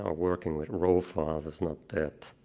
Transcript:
ah working with row files. that's not that